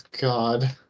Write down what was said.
god